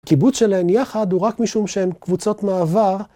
קיבוץ שלהם יחד הוא רק משום שהם קבוצות מעבר,